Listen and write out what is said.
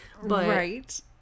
right